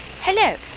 hello